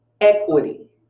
equity